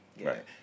Right